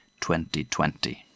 2020